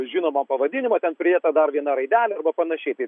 žinomo pavadinimo ten pridėta dar viena raidelė arba panašiai tai